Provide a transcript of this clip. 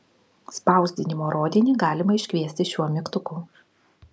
spausdinimo rodinį galima iškviesti šiuo mygtuku